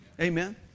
Amen